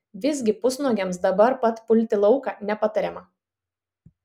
visgi pusnuogiams dabar pat pulti lauką nepatariama